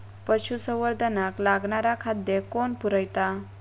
पशुसंवर्धनाक लागणारा खादय कोण पुरयता?